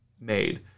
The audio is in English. made